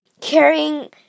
carrying